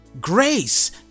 Grace